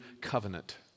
covenant